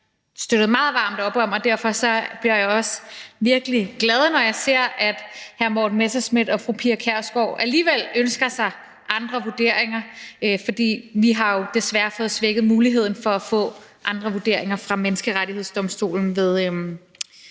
støttet meget varmt op om, og derfor bliver jeg virkelig glad, når jeg ser, at hr. Morten Messerschmidt og fru Pia Kjærsgaard alligevel ønsker sig andre vurderinger, for vi har jo desværre fået svækket muligheden for at få andre vurderinger fra Menneskerettighedsdomstolen ved